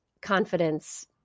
confidence